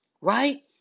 right